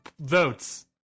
votes